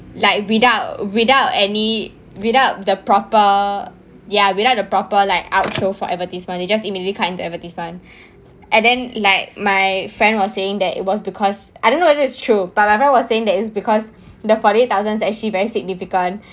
like without without any without the proper ya without a proper like outro for advertisement they just immediately cut into advertisement and then like my friend was saying that it was because I don't know whether is true but my friend was saying that is because the forty eight thousands is actually very significant